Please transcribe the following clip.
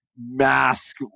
mask